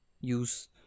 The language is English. use